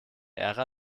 ära